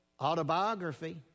autobiography